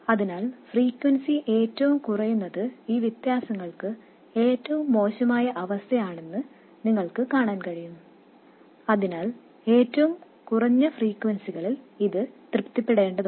അതിനാൽ ഫ്രീക്വെൻസി ഏറ്റവും കുറയുന്നത് ഈ വ്യത്യാസങ്ങൾക്ക് ഏറ്റവും മോശമായ അവസ്ഥയാണെന്ന് നിങ്ങൾക്ക് കാണാൻ കഴിയും അതിനാൽ ഏറ്റവും കുറഞ്ഞ ഫ്രീക്വെൻസികളിൽ ഇത് തൃപ്തിപ്പെടേണ്ടതുണ്ട്